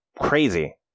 crazy